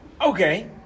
Okay